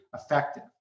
effective